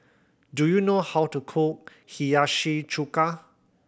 do you know how to cook Hiyashi Chuka